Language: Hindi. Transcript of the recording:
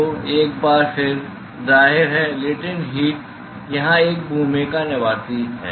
तो एक बार फिर जाहिर है लेटेन्ट हीट यहां एक भूमिका निभाती है